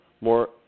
More